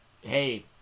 hey